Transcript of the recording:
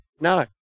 No